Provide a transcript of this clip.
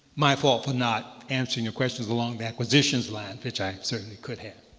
my fault for not answering your questions along the acquisitions line, which i certainly could have.